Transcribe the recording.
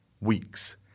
weeks